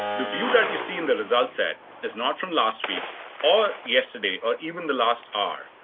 the view that you see in the results set is not from last week or yesterday or even the last hour,